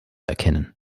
erkennen